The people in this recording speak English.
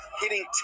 hitting